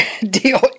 deal